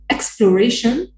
Exploration